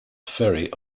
ferry